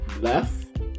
left